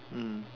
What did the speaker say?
mm